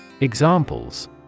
Examples